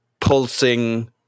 pulsing